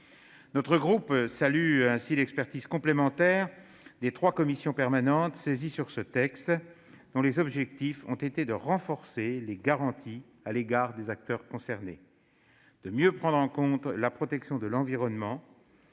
Notre groupe salue ainsi l'expertise complémentaire des trois commissions permanentes saisies de ce projet de loi, qui ont cherché à renforcer les garanties à l'égard des acteurs concernés, à mieux prendre en compte les enjeux liés à la protection de l'environnement